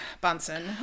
Bunsen